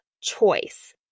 choice